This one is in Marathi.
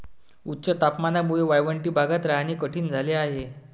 उच्च तापमानामुळे वाळवंटी भागात राहणे कठीण झाले आहे